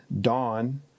Dawn